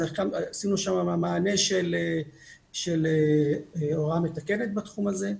אז עשינו שם מענה של הוראה מתקנת בתחום הזה,